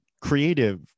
creative